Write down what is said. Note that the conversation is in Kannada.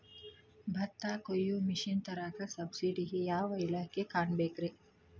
ಭತ್ತ ಕೊಯ್ಯ ಮಿಷನ್ ತರಾಕ ಸಬ್ಸಿಡಿಗೆ ಯಾವ ಇಲಾಖೆ ಕಾಣಬೇಕ್ರೇ?